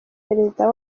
perezida